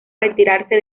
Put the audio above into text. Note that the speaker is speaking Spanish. retirarse